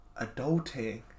Adulting